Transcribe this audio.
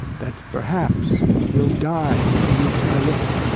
that perhaps, he'll die when he meets my look.